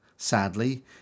Sadly